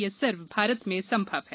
यह सिर्फ भारत में संभव है